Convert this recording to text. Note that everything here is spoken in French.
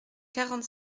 quarante